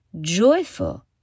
joyful